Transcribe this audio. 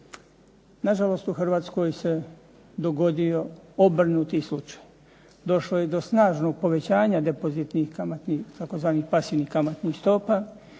Na žalost u Hrvatskoj se dogodio obrnuti slučaj. Došlo je do snažnog povećanja depozitnih kamatnih, tzv. pasivnih kamatnih stopa,